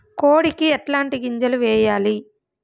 కోడికి ఎట్లాంటి గింజలు వేయాలి?